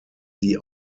die